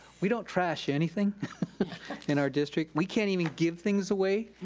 we don't trash anything in our district. we can't even give things away.